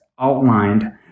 outlined